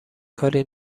کاری